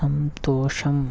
సంతోషం